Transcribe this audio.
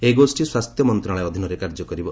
ଏହି ଗୋଷ୍ଠୀ ସ୍ୱାସ୍ଥ୍ୟ ମନ୍ତ୍ରଣାଳୟ ଅଧୀନରେ କାର୍ଯ୍ୟ କରିବ